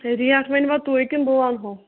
ہے ریٹ ؤنۍوا تُہۍ کِنہٕ بہٕ وَنہو